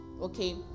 Okay